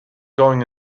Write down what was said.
going